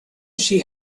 she